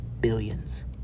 Billions